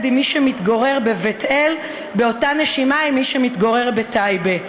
עם מי שמתגורר בבית-אל באותה נשימה עם מי שמתגורר בטייבה.